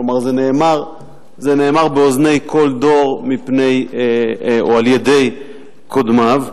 כלומר זה נאמר באוזני כל דור על-ידי קודמיו,